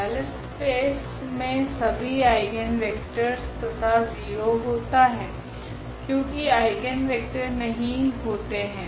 नल space मे सभी eigenvectors तथा 0 होता है क्योकि 0 आइगनवेक्टर नहीं होता है